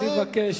אני מבקש,